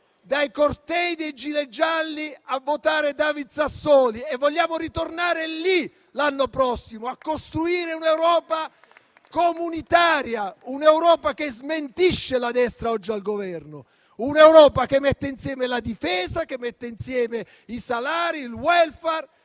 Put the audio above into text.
dai cortei dei *gilet* gialli a votare David Sassoli e vogliamo ritornare lì l'anno prossimo, a costruire un'Europa comunitaria, un'Europa che smentisce la destra oggi al Governo; un'Europa che mette insieme la difesa, che mette insieme i salari e il *welfare*;